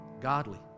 godly